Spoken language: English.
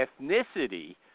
ethnicity